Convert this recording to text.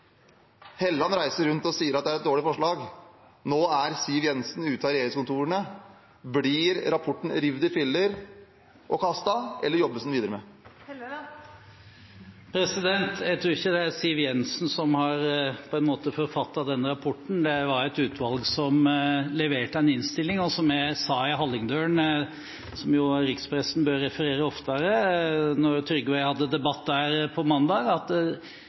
sier at det er et dårlig forslag. Nå er Siv Jensen ute av regjeringskontorene. Blir rapporten revet i filler og kastet, eller jobbes det videre med den? Jeg tror ikke det er Siv Jensen som har forfattet den rapporten. Det var et utvalg som leverte en innstilling. Som jeg sa i Hallingdølen – som rikspressen bør referere oftere – da Trygve og jeg hadde debatt der på mandag,